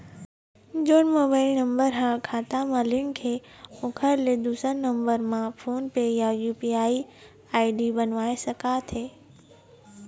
जोन mobile number हा खाता मा लिन्क हे ओकर ले दुसर नंबर मा फोन पे या यू.पी.आई आई.डी बनवाए सका थे?